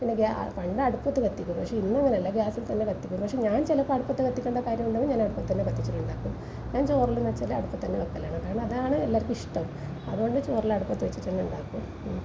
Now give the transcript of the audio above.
പിന്നെ ഗ്യാ പണ്ട് അടുപ്പത്ത് കത്തിക്കുന്നു പക്ഷേ ഇന്നങ്ങനെ അല്ല ഗ്യാസിൽ തന്നെ കത്തിക്കുന്നു പക്ഷേ ഞാൻ ചിലപ്പോൾ അടുപ്പത്ത് കത്തിക്കണ്ട കാര്യമുണ്ടെങ്കിൽ ഞാൻ അടുപ്പത്ത് തന്നെ കത്തിച്ച് ഇതാക്കും ഞാൻ ചോറെല്ലാം എന്ന് വച്ചാല് അടുപ്പത്ത് തന്നെ വെക്കലാണ് കാരണം അതാണ് എല്ലാവർക്കും ഇഷ്ടം അതുകൊണ്ട് തന്നെ ചോറെല്ലാം അടുപ്പത്ത് വെച്ചിട്ട് തന്നെ ഉണ്ടാക്കും